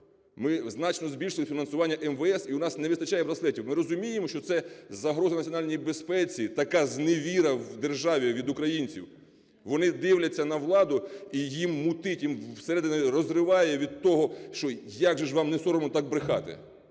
Ми значно збільшили фінансування МВС і у нас не вистачає браслетів. Ми розуміємо, що це загроза національній безпеці – така зневіра в державі від українців. Вони дивляться на владу і їм мутить, їм всередині розриває від того, що як же ж вам не соромно так брехати.